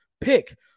pick